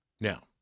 Now